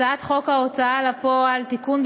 הצעת חוק ההוצאה לפועל (תיקון,